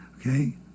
Okay